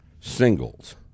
singles